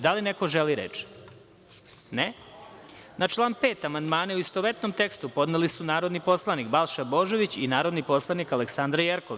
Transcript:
Da li neko želi reč? (Ne.) Na član 5. amandmane, u istovetnom tekstu, podneli su narodni poslanik Balša Božović i narodni poslanik Aleksandra Jerkov.